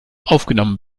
aufgenommen